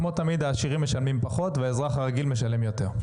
כמו תמיד העשירים משלמים פחות והאזרח הרגיל משלם יותר.